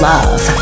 Love